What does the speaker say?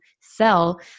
sell